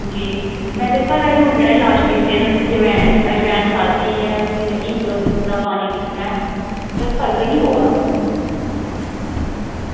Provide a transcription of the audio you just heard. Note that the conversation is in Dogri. में घरेलु लाज बड़े कीते अजवाईन खाद्धी ऐ हिंग दा पानी पीता ऐ कोई फर्क निं पवा दा